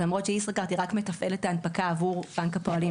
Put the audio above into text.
למרות שישראכרט היא רק מתפעלת את ההנפקה עבור בנק הפועלים,